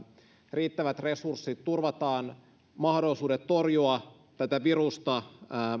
riittävät resurssit turvataan mahdollisuudet torjua tätä virusta